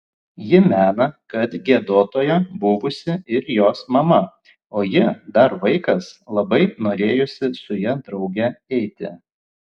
ji mena kad giedotoja buvusi ir jos mama o ji dar vaikas labai norėjusi su ja drauge eiti